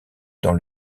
dans